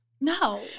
No